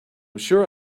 sure